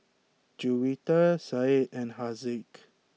Juwita Said and Haziq